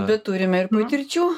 bet turime ir patirčių